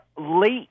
late